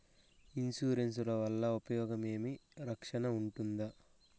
Insurance వల్ల ఉపయోగం ఏమి? రక్షణ ఉంటుందా?